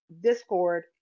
discord